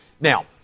Now